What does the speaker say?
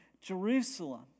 Jerusalem